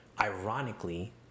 ironically